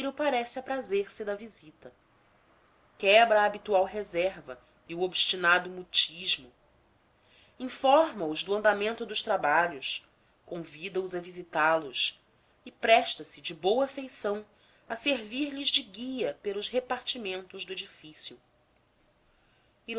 parece aprazer se da visita quebra a habitual reserva e o obstinado mutismo informa os do andamento dos trabalhos convida os a visitálos e presta se de boa feição a servir lhes de guia pelos repartimentos do edifício